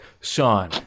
Sean